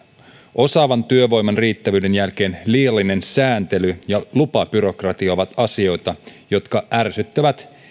osaavan työvoiman riittävyyden jälkeen liiallinen sääntely ja lupabyrokratia ovat niitä asioita jotka ärsyttävät